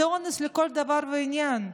זה אונס לכל דבר ועניין,